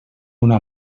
una